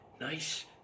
nice